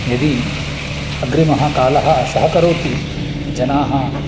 यदि अग्रिमः कालः सहकरोति जनाः